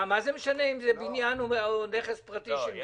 מה זה משנה אם זה בניין או נכס פרטי של מישהו?